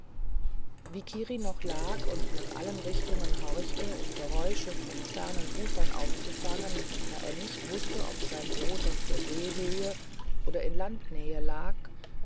wie kiri noch lag und nach allen richtungen horchte um geräusche von fernen ufern aufzufangen da er nicht mehr wußte ob sein boot auf der seehöhe oder in landnähe sei